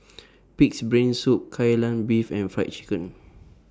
Pig'S Brain Soup Kai Lan Beef and Fried Chicken